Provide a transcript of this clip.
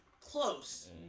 close